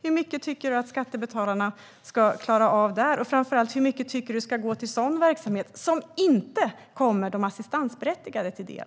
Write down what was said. Hur mycket tycker du att skattebetalarna ska klara av där? Framför allt undrar jag: Hur mycket tycker du ska gå till sådan verksamhet som inte kommer de assistansberättigade till del?